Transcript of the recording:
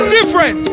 Different